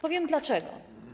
Powiem dlaczego.